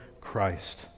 Christ